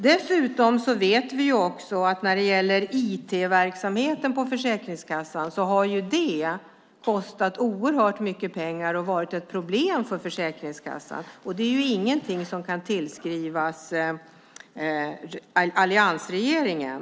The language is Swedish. Dessutom vet vi att IT-verksamheten på Försäkringskassan har kostat oerhört mycket pengar och varit ett problem för Försäkringskassan. Och det är ingenting som kan tillskrivas alliansregeringen.